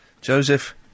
Joseph